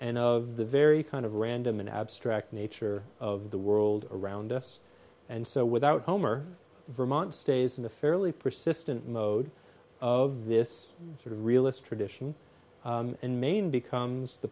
and of the very kind of random and abstract nature of the world around us and so without homer vermont stays in a fairly persistent mode of this sort of realist tradition in maine becomes the